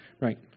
Right